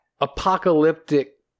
apocalyptic